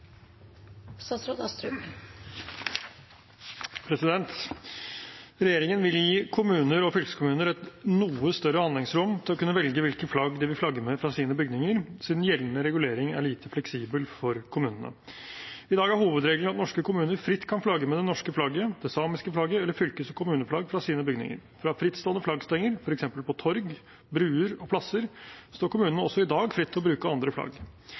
Regjeringen vil gi kommuner og fylkeskommuner et noe større handlingsrom til å kunne velge hvilke flagg de vil flagge med fra sine bygninger, siden gjeldende regulering er lite fleksibel for kommunene. I dag er hovedregelen at norske kommuner fritt kan flagge med det norske flagget, det samiske flagget eller fylkes- og kommuneflagg fra sine bygninger. Fra frittstående flaggstenger, f.eks. på torg, bruer og plasser, står kommunene også i dag fritt til å bruke andre flagg.